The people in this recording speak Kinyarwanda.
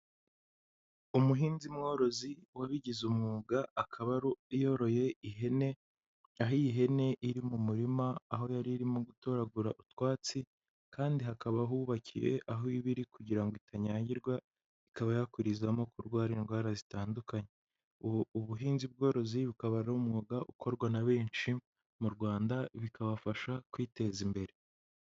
Umuhinzi mworozi wabigize umwuga, akaba yoroye ihene, aho ihene iri mu murima, aho yari irimo gutoragura utwatsi, kandi hakaba hubakiye aho iri kugira itanyagirwa ikaba yakurizamo kurwara indwara zitandukanye, ubu ubuhinzi bworozi bukaba ari umwuga ukorwa na benshi mu Rwanda, bikabafasha kwiteza imbere.